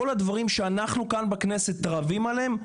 ואם אתה מדבר על כל הדברים שאנחנו כאן בכנסת רבים עליהם,